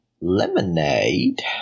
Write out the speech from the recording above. Lemonade